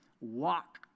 walk